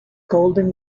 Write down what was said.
golden